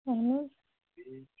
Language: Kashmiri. آہَن حظ